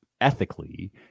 ethically